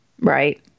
Right